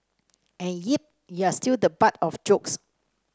and yep you are still the butt of jokes